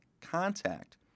contact